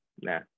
nah